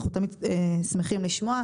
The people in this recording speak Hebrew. אנחנו תמיד שמחים לשמוע.